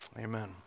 Amen